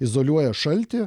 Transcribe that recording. izoliuoja šaltį